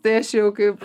tai aš jau kaip